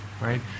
right